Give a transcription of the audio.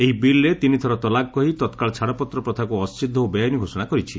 ଏହି ବିଲ୍ରେ ତିନିଥର ତଲାକ କହି ତତ୍କାଳ ଛାଡ଼ପତ୍ର ପ୍ରଥାକୁ ଅସିଦ୍ଧ ଓ ବେଆଇନ୍ ଘୋଷଣା କରିଛି